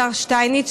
השר שטייניץ,